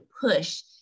push